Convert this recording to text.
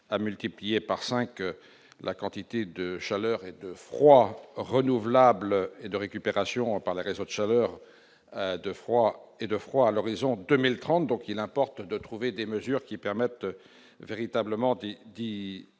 à multiplier par 5 la quantité de chaleur et de froid renouvelable et de récupération par les réseaux de saveurs de froid et de froid à l'horizon 2030 donc il importe de trouver des mesures qui permettent véritablement il